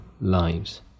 lives